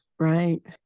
Right